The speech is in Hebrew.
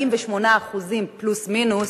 48% פלוס-מינוס,